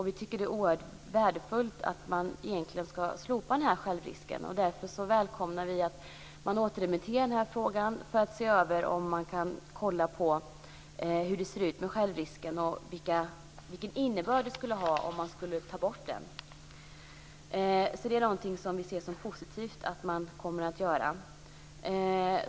Vi tycker att det är oerhört värdefullt att man egentligen ska slopa den här självrisken, och därför välkomnar vi att man återremitterar den här frågan för att se över hur det ser ut med självrisken och vilken innebörd det skulle ha om man skulle ta bort den. Vi ser det alltså som positivt att man kommer att göra det.